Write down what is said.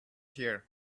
here